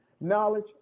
knowledge